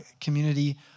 community